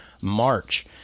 March